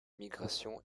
émigration